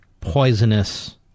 poisonous